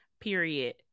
Period